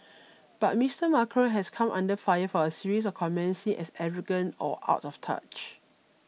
but Mister Macron has come under fire for a series of comments seen as arrogant or out of touch